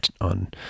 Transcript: on